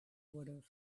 would